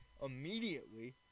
immediately